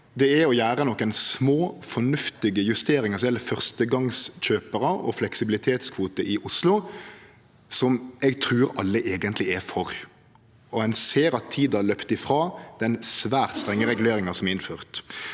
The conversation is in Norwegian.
Det er å gjere nokre små, fornuftige justeringar som gjeld førstegongskjøparar og fleksibilitetskvote i Oslo, noko eg trur alle eigentleg er for. Ein ser at tida har løpt ifrå den svært strenge reguleringa som er innført.